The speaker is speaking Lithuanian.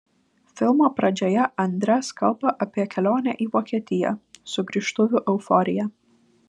filmo pradžioje andres kalba apie kelionę į vokietiją sugrįžtuvių euforiją